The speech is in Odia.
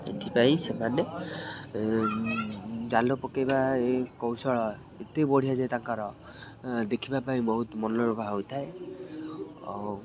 ଏଥିପାଇଁ ସେମାନେ ଜାଲ ପକେଇବା ଏ କୌଶଳ ଏତେ ବଢ଼ିଆ ଯେ ତାଙ୍କର ଦେଖିବା ପାଇଁ ବହୁତ ମନୋଲୋଭା ହୋଇଥାଏ ଆଉ